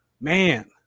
Man